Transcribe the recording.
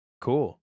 Cool